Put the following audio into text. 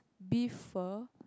beef pho